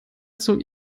zog